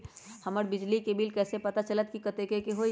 हमर बिजली के बिल कैसे पता चलतै की कतेइक के होई?